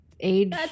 Age